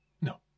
No